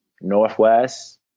Northwest